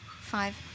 Five